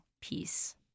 Peace